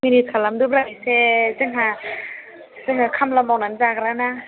manage खालामदोब्रा एसे जोंहा खामला मावनानै जाग्राना